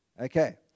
okay